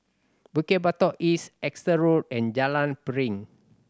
Bukit Batok East Exeter Road and Jalan Piring